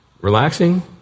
relaxing